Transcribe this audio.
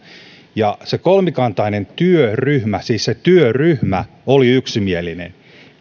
ja se kolmikantainen työryhmä siis se työryhmä oli yksimielinen